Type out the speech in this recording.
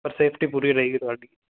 ਪਰ ਸੇਫਟੀ ਪੂਰੀ ਰਹੇਗੀ ਤੁਹਾਡੀ